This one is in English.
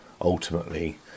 ultimately